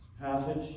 passage